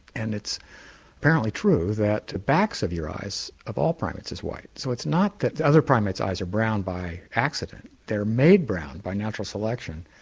and it's apparently true that the backs of your eyes, of all primates, is white. so it's not that other primates eyes are brown by accident, they're made brown by natural selection.